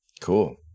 cool